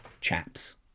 chaps